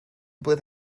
blwydd